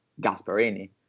Gasparini